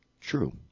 true